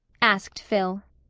asked phil.